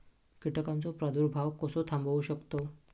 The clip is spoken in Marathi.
कीटकांचो प्रादुर्भाव कसो थांबवू शकतव?